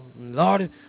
Lord